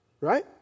Right